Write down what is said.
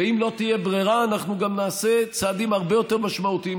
ואם לא תהיה ברירה אנחנו גם נעשה צעדים הרבה יותר משמעותיים,